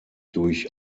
durch